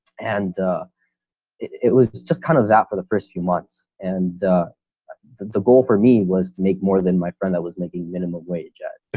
and it was just kind of that for the first few months and the the goal for me was to make more than my friend that was making minimum wage. yeah it's